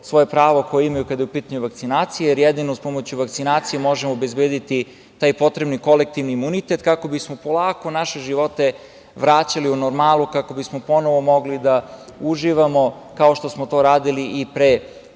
svoje pravo koje imaju kada je u pitanju vakcinacija, jer jedino uz pomoć vakcinacije možemo obezbediti taj potrebni kolektivni imunitet kako bismo polako naše živote vraćali u normalu, kako bismo ponovo mogli da uživamo kao što smo to radili i pre